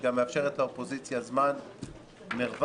גם מאפשרת לאופוזיציה זמן ומרווח,